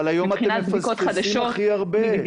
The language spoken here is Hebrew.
אבל היום אתם מפספסים הכי הרבה.